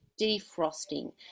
Defrosting